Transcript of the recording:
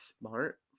smart